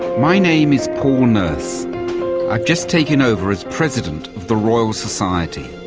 my name is paul nurse. i've just taken over as president of the royal society,